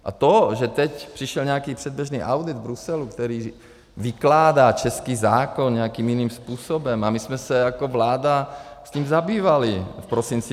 A to, že teď přišel nějaký předběžný audit z Bruselu, který vykládá český zákon nějakým jiným způsobem, a my jsme se jako vláda tím zabývali v prosinci 2018.